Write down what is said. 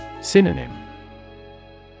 Synonym